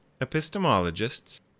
epistemologists